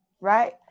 Right